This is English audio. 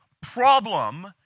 problem